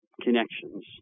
connections